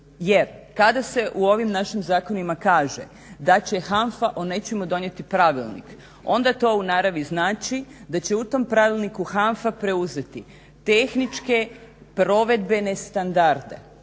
Jer kada se u ovim našim zakonima kaže da će HANFA o nečemu donijeti pravilnik, onda to u naravi znači da će u tom Pravilniku HANFA preuzeti tehničke provedbene standarde